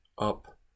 up